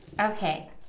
Okay